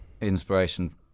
inspiration